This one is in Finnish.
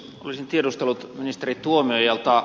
olisin tiedustellut ministeri tuomiojalta